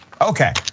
Okay